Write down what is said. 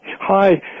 Hi